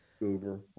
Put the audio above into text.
Uber